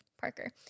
Parker